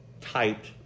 typed